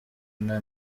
nta